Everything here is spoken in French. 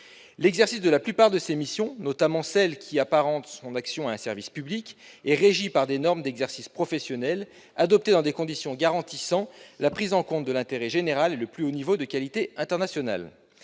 L'exercice de la plupart de ses missions, notamment celles qui apparentent son action à un service public, est régi par des normes d'exercice professionnel adoptées dans des conditions garantissant la prise en compte de l'intérêt général et le plus haut niveau de qualité international.